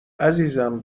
عزیزم